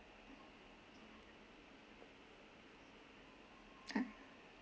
ah